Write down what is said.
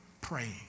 praying